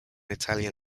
italian